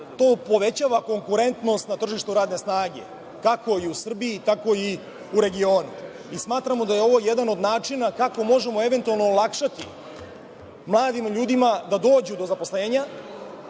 To povećava konkurentnost na tržištu rada snage, kako i u Srbiji, tako i u regionu. Mi smatramo da je ovo jedan od načina kako možemo eventualno olakšati mladim ljudima da dođu do zaposlenja,